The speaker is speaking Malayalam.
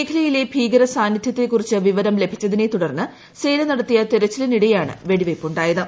മേഖലയിലെ ഭീകര സാന്നിധ്യത്തെക്കുറിച്ച് വിവരം ലഭിച്ചതിനെ തുടർന്ന് സേന നടത്തിയ തെരച്ചിലിനിടെയാണ് വെടിവയ്പ് ഉണ്ടായത്